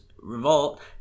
revolt